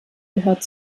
gehört